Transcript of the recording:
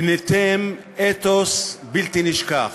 בניתם אתוס בלתי נשכח.